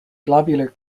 globular